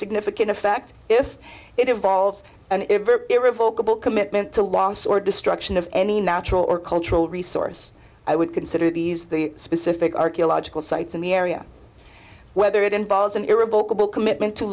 significant effect if it involves revokable commitment to loss or destruction of any natural or cultural resource i would consider these specific archaeological sites in the area whether it involves an era vocal commitment to